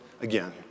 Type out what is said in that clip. again